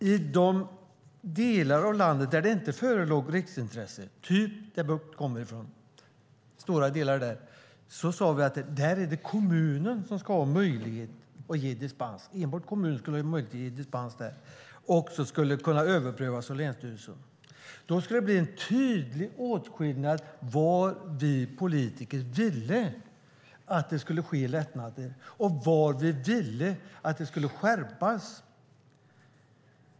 I de delar av landet där det inte förelåg riksintresse, till exempel där Bucht kommer ifrån, sade vi att det var kommunen som skulle ha möjlighet att ge dispens, och sedan skulle det kunna överprövas av länsstyrelsen. Då skulle det bli en tydlig åtskillnad som visade var vi politiker ville att det skulle ske lättnader och var vi ville att det skulle skärpas.